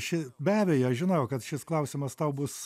ši be abejo aš žinojau kad šis klausimas tau bus